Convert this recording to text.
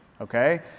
okay